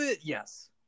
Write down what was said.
Yes